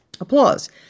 applause